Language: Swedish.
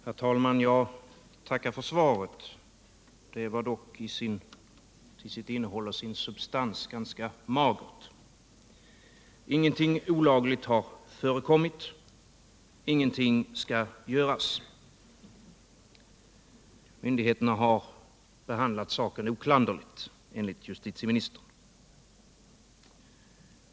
Herr talman! Jag tackar för svaret på min fråga. Det var dock till sitt innehåll och till sin substans ganska magert. Ingenting olagligt har förekommil. Ingenting skall göras. Myndigheterna har enligt justitieministern behandlat saken oklanderligt.